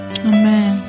Amen